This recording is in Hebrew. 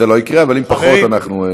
התשע"ז 2017,